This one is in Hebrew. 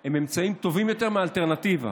הם אמצעים טובים יותר מהאלטרנטיבה.